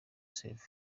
save